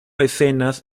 escenas